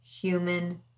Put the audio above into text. human